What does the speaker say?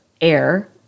air